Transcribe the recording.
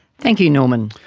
thank you norman.